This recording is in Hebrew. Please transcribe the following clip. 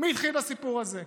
מי התחיל בסיפור הזה.